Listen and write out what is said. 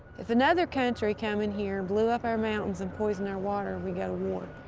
if another country come in here, blew up our mountains and poisoned our water, we'd go to war.